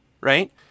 right